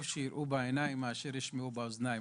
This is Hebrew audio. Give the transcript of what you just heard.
טוב שיראו בעיניים מאשר ישמעו באוזניים.